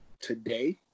today